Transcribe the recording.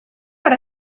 per